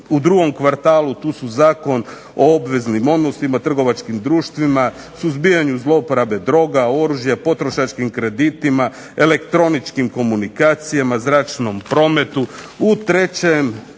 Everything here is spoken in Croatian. u drugom kvartalu tu su Zakon o obveznim odnosima, trgovačkim društvima, suzbijanju zlouporabe droga, oružje, potrošačkim kreditima, elektroničkim komunikacijama, zračnom prometu.